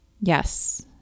Yes